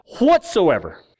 whatsoever